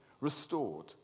restored